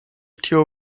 tiu